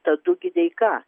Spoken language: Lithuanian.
tadu gideika